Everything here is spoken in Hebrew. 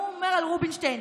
הוא אומר על רובינשטיין.